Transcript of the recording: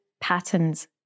patterns